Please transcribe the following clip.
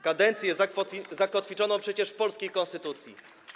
kadencję zakotwiczoną przecież w polskiej konstytucji.